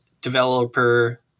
developer